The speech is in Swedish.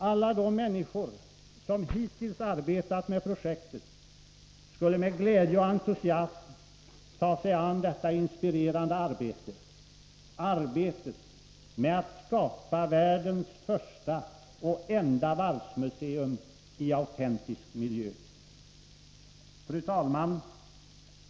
Alla de människor som hittills arbetat med projektet skulle med glädje och entusiasm ta sig an detta inspirerande arbete, arbetet med att skapa världens första och enda varvsmuseum i autentisk miljö. Fru talman!